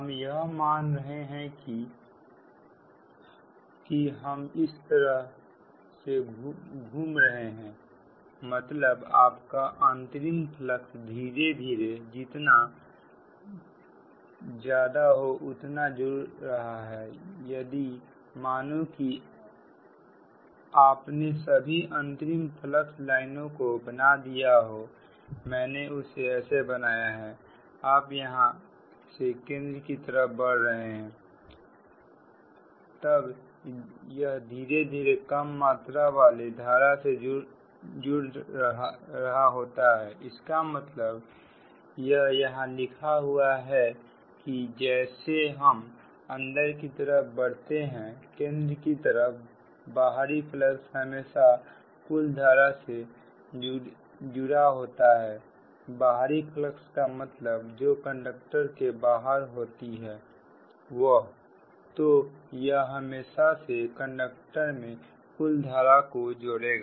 हम यह मान रहे हैं कि की हम इस तरह से घूम रहे हैं मतलब आपका अंतरिम फ्लक्स धीरे धीरे जितना ज्यादा हो उतना जुड़ रहा है यदि मानो की आपने सभी अंतरिम फ्लक्स लाइनों को बना दिए हो मैंने इसे ऐसा बनाया है आप यहां से केंद्र की तरफ धीरे धीरे बढ़ रहे हैं तब या धीरे धीरे कम मात्रा वाले धारा से जुड़ रहा होता है इसका मतलब यह यहां लिखा हुआ है कि जैसे हम अंदर की तरफ बढ़ते हैं केंद्र की तरफ बाहरी फ्लक्स हमेशा कुल धारा से जुड़ा होता है बाहरी फलक्स का मतलब जो कंडक्टर के बाहर होती है वहतो यह हमेशा से कंडक्टर मे कुलधारा को जोड़ेगा